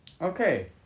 Okay